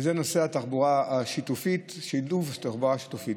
נושא התחבורה השיתופית, שילוב תחבורה שיתופית.